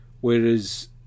whereas